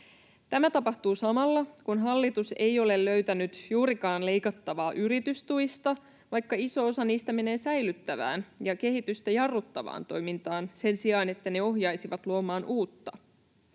Tämä tapahtuu samalla, kun hallitus ei ole löytänyt juurikaan leikattavaa yritystuista, vaikka iso osa niistä menee säilyttävään ja kehitystä jarruttavaan toimintaan sen sijaan, että ne ohjaisivat luomaan uutta.